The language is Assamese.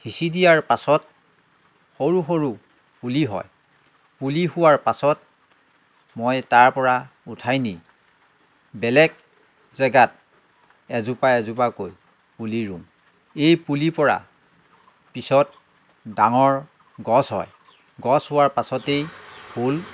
সিঁচি দিয়াৰ পাছত সৰু সৰু পুলি হয় পুলি হোৱাৰ পাছত মই তাৰ পৰা উঠাই নি বেলেগ জেগাত এজোপা এজোপাকৈ পুলি ৰুওঁ এই পুলিৰ পৰা পিছত ডাঙৰ গছ হয় গছ হোৱাৰ পাছতেই ফুল